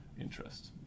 interest